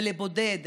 ולבודד,